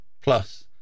Plus